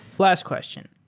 last question.